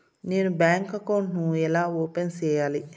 నేను bank account ను ఎలా ఓపెన్ సేయాలి?